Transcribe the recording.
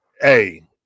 Hey